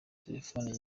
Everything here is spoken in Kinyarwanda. telefone